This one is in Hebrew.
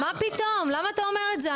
לא, מה פתאום, למה אתה אומר את זה?